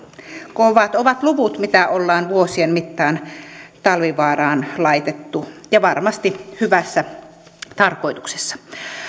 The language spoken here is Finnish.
kovat ovat luvut mitä on vuosien mittaan talvivaaraan laitettu ja varmasti hyvässä tarkoituksessa